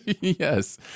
Yes